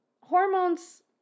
hormones